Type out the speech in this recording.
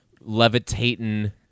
levitating